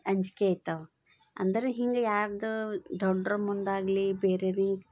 ಅಂಜಿಕೆ ಆಯ್ತವ ಅಂದರೆ ಹೀಗೆ ಯಾರದ್ದೋ ದೊಡ್ಡವ್ರ ಮುಂದಾಗಲಿ ಬೇರೆಯವ್ರಿಗೆ